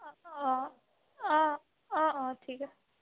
অঁ অঁ অঁ অঁ ঠিক আছে